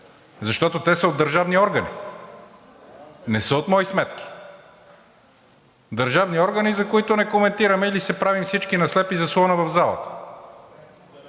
защото те са от държавни органи – не са от мои сметки! Държавни органи, за които не коментираме или се правим всички на слепи за слона в залата.